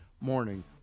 morning